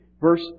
Verse